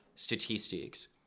statistics